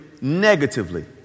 negatively